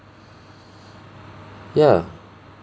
ya